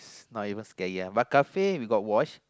it's not even scary lah but kafir we got watch